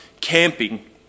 camping